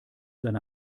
seine